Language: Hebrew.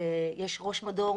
יש ראש מדור,